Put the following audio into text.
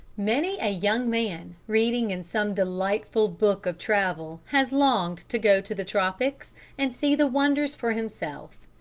many a young man, reading in some delightful book of travel, has longed to go to the tropics and see the wonders for himself.